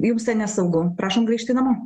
jums ten nesaugu prašom grįžti namo